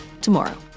tomorrow